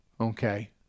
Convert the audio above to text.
Okay